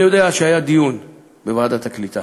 אני יודע שהיה דיון בוועדת הקליטה